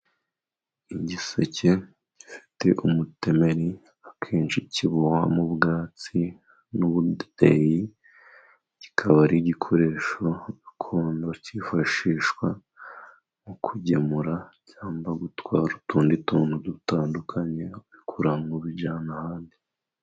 Igiseke gifite umutemeri akenshi kibowa mu bwatsi n'ubudaderi, kikaba ari igikoresho gakondo cyifashishwa mu kugemura cyangwa gutwara utundi tuntu dutandukanye ubikura hamwe ubijyana ahandi.